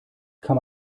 kann